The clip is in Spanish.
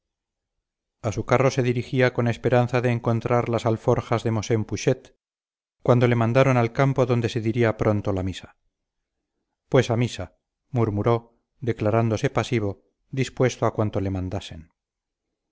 a su carro se dirigía con esperanza de encontrar las alforjas de mosén putxet cuando le mandaron al campo donde se diría pronto la misa pues a misa murmuró declarándose pasivo dispuesto a cuanto le mandasen